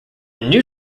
new